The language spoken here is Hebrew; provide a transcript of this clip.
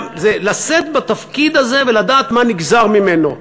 זה לשאת בתפקיד הזה ולדעת מה נגזר ממנו.